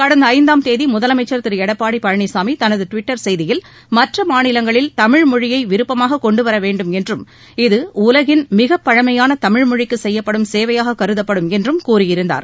கடந்த ஐந்தாம் தேதி முதலமைச்சர் திரு எடப்பாடி பழனிசாமி தனது டுவிட்டர் செய்தியில் மற்ற மாநிலங்களில் தமிழ் மொழியை விருப்பமாக கொண்டுவர வேண்டும் என்றும் இது உலகின் மிகப்பழமையான தமிழ்மொழிக்கு செய்யப்படும் சேவையாகக் கருதப்படும் என்றம் கூறியிருந்தார்